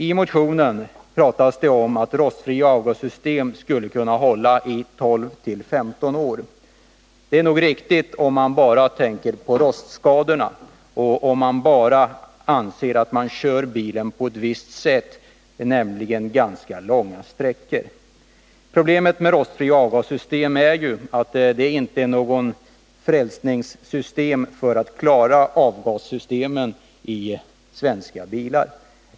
I motionen talas det om att rostfria avgassystem skulle kunna hålla i 12-15 år. Det är nog riktigt om man bara tänker på rostskadorna och uteslutande anser att bilen körs på ett visst sätt, nämligen ganska långa sträckor. Problemet med rostfria avgassystem är att de inte är något slags frälsningssystem när det gäller att klara avgassystemen i svenska bilar.